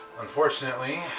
Unfortunately